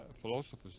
philosophers